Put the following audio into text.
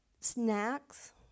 snacks